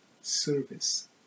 service